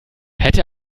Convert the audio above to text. hätte